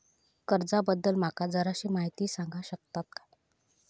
कर्जा बद्दल माका जराशी माहिती सांगा शकता काय?